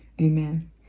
Amen